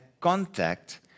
contact